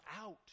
out